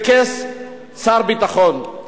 בכס שר הביטחון.